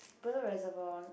Bedok Reservoir